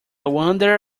wonder